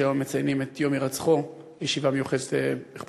שהיום מציינים את יום הירצחו בישיבה מיוחדת שתהיה,